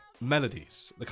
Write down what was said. melodies